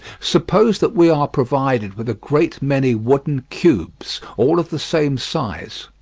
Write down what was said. suppose that we are provided with a great many wooden cubes all of the same size.